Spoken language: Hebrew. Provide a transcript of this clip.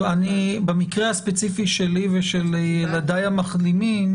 זהו, במקרה הספציפי שלי ושל ילדיי המחלימים,